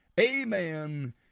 Amen